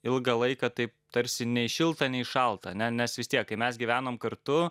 ilgą laiką taip tarsi nei šilta nei šalta ane nes vis tiek kai mes gyvenom kartu